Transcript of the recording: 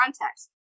context